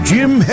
Jim